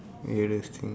weirdest thing